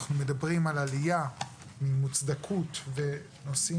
אנחנו מדברים על עלייה ממוצדקות בנושאים